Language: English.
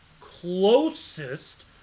closest